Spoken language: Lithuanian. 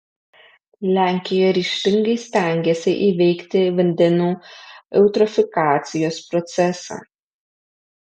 lenkija ryžtingai stengiasi įveikti vandenų eutrofikacijos procesą